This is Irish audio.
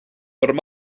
raibh